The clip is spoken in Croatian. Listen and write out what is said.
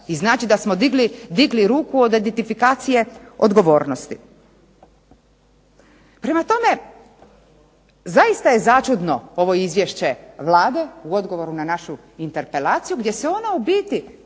i znači da smo digli ruku od identifikacije odgovornosti. Prema tome, zaista je začudno ovo izvješće Vlade u odgovoru na našu interpelaciju gdje se ona u biti